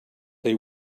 they